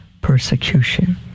Persecution